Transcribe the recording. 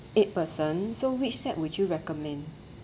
eight person so which set would you recommend